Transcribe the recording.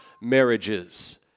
marriages